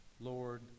Lord